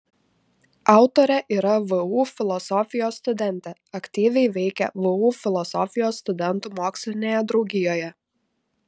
autorė yra vu filosofijos studentė aktyviai veikia vu filosofijos studentų mokslinėje draugijoje